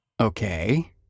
Okay